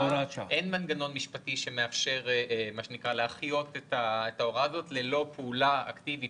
אין מנגנון משפטי שמאפשר להחיות את ההוראה הזאת ללא פעולה אקטיבית